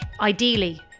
ideally